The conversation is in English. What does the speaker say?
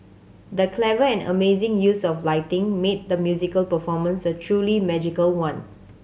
the clever and amazing use of lighting made the musical performance a truly magical one